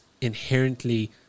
inherently